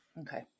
okay